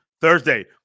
Thursday